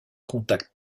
contacts